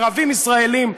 ערבים ישראלים,